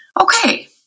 okay